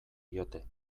diote